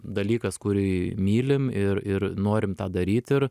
dalykas kurį mylim ir ir norim tą daryt ir